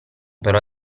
però